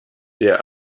der